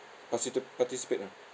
partici~ participate ah